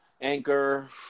Anchor